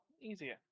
Easier